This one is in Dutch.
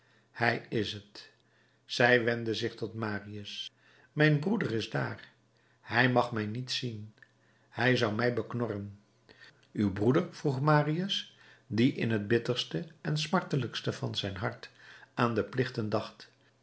hij is t zij wendde zich tot marius mijn broeder is daar hij mag mij niet zien hij zou mij beknorren uw broeder vroeg marius die in het bitterste en smartelijkste van zijn hart aan de plichten dacht